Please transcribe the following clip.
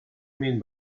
mean